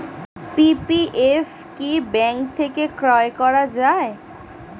PPF কি bank থেকে ক্রয় করা যায়?